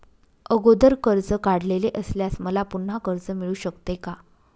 अगोदर कर्ज काढलेले असल्यास मला पुन्हा कर्ज मिळू शकते का?